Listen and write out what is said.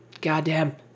Goddamn